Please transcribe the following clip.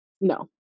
no